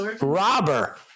robber